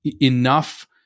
enough